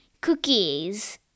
cookies